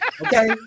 okay